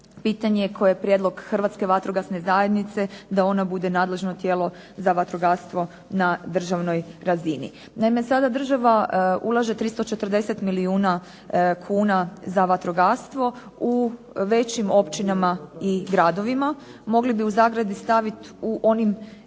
pitanje koje je prijedlog Hrvatske vatrogasne zajednice da ona bude nadležno tijelo za vatrogastvo na državnoj razini. Naime, sada država ulaže 340 milijuna kuna za vatrogastvo u većim općinama i gradovima. Mogli bi u zagradi staviti u onim